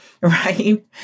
right